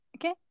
Okay